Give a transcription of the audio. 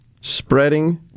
spreading